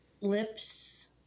lips